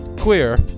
queer